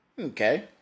Okay